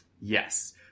Yes